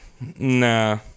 Nah